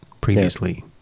previously